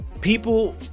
people